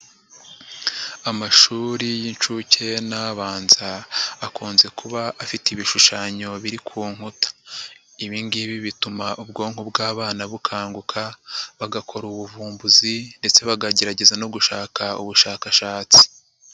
Amashuri y'inshuke n'abanza, akunze kuba afite ibishushanyo biri ku nkuta. Ibi ngibi bituma ubwonko bw'abana bukanguka, bagakora ubuvumbuzi ndetse bakagerageza no gushaka ubushakashatsi.